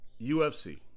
UFC